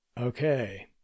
Okay